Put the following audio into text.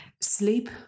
Sleep